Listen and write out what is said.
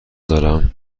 دارم